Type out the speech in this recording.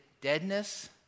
deadness